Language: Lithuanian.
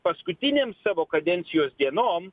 paskutinėm savo kadencijos dienom